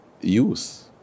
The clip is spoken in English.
youth